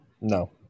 No